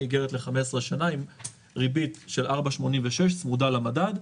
היא איגרת ל-15 שנה עם ריבית של 4.86 צמודה למדד.